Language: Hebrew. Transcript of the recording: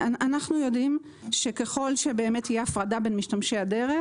אנחנו יודעים שככל שבאמת תהיה הפרדה בין משתמשי הדרך,